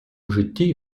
житті